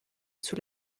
sous